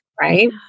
right